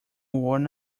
worn